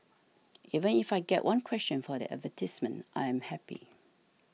even if I get one question for the advertisements I am happy